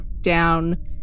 down